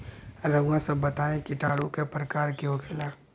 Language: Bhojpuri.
रउआ सभ बताई किटाणु क प्रकार के होखेला?